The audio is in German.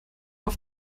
auf